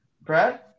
Brad